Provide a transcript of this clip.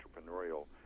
entrepreneurial